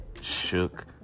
shook